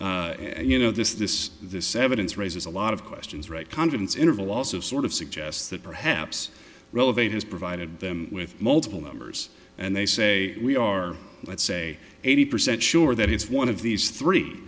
and you know this this this evidence raises a lot of questions right confidence interval also sort of suggests that perhaps relevant has provided them with multiple numbers and they say we are let's say eighty percent sure that it's one of these three